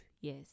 yes